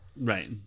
Right